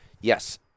Yes